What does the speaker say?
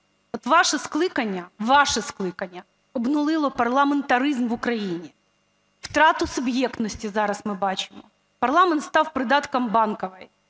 От ваше скликання, ваше скликання, обнулило парламентаризм в Україні, втрату суб'єктності зараз ми бачимо. Парламент став придатком Банкової.